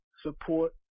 support